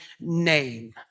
name